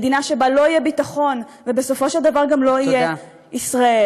מדינה שבה לא יהיה ביטחון ובסופו של דבר גם לא יהיה ישראל.